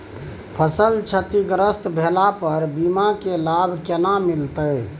फसल क्षतिग्रस्त भेला पर बीमा के लाभ केना मिलत?